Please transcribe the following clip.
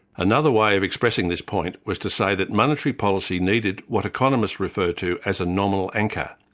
another way of expressing this point was to say that monetary policy needed what economists refer to as a nominal anchor.